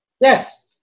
yes